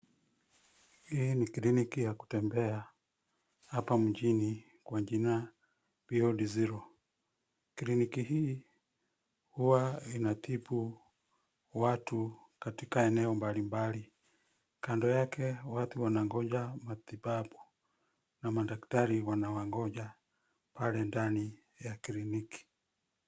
Hii ni kliniki ya kutembea hapa mjini kwa jina Beyond Zero. Kliniki hii huwa inatibu watu katika eneo mbalimbali. Kando yake watu wangoja matibabu na madaktari wanawangoja pale ndani ya kliniki.